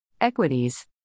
Equities